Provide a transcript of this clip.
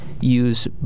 use